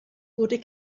wurde